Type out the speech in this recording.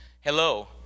Hello